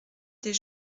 des